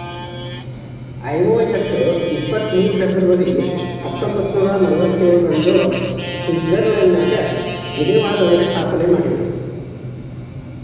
IOS ಇಪ್ಪತ್ ಮೂರು February ಹತ್ತೊಂಬತ್ನೂರಾ ನಲ್ವತ್ತೇಳ ರಂದು ಸ್ವಿಟ್ಜರ್ಲೆಂಡ್ನ ಜಿನೇವಾದೊಳಗ ಸ್ಥಾಪನೆಮಾಡಿದ್ರು